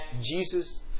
Jesus